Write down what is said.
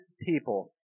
people